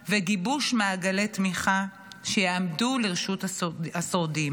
לגיבוש מעגלי תמיכה שיעמדו לרשות השורדים.